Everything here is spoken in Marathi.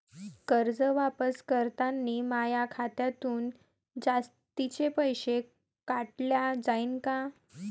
कर्ज वापस करतांनी माया खात्यातून जास्तीचे पैसे काटल्या जाईन का?